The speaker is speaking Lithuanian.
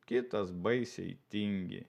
kitas baisiai tingi